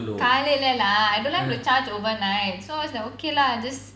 காலைலலா:kalaila I don't like to charge overnight so I was like okay lah just